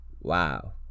Wow